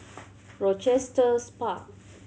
Rochester's Park